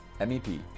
MEP